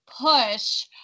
push